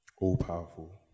all-powerful